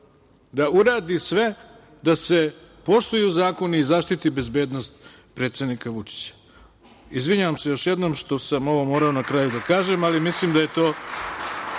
da uradi sve da se poštuju zakoni i zaštiti bezbednost predsednika Vučića. Izvinjavam se još jednom što sam ovo morao na kraju da kažem, ali mislim da je to,